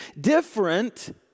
different